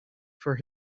for